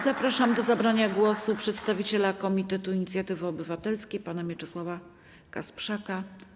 Zapraszam do zabrania głosu przedstawiciela komitetu inicjatywy obywatelskiej pana Mieczysława Kasprzaka.